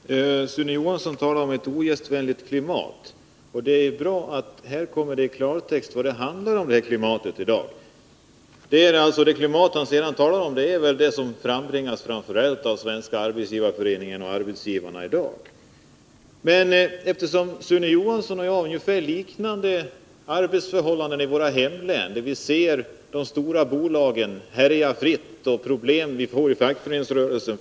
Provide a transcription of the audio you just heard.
Fru talman! Sune Johansson talar om ett ogästvänligt klimat. Det är bra att det här kommer i klartext vad det handlar om. Det klimat som han talar om är väl det som i dag frambringas framför allt av Svenska arbetsgivareföreningen och arbetsgivarna. Sune Johansson och jag har ungefär samma arbetsförhållanden i våra resp. hemlän. Vi ser hur de stora bolagen härjar fritt, och vi ser vilka problem som sedan uppstår inom fackföreningsrörelsen.